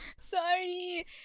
Sorry